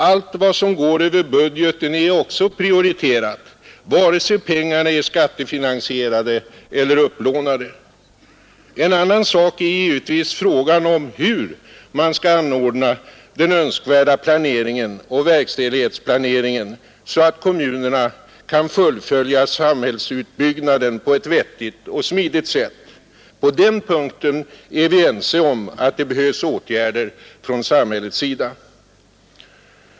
Allt vad som går över budgeten är också prioriterat — vare sig pengarna är skattefinansierade eller upplånade. En annan sak är givetvis frågan om hur man skall anordna den önskvärda planeringen och verkställighetsplaneringen så att kommunerna kan fullfölja samhällsutbyggnaden på ett vettigt och smidigt sätt. På den punkten är vi ense om att det behövs åtgärder från samhällets sida.